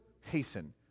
hasten